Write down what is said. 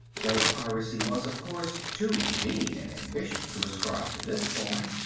though piracy was, of course, too mean an ambition to ascribe to this boy.